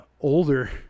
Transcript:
older